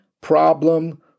problem